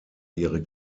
ihre